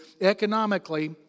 economically